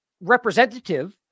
representative